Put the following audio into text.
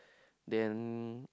then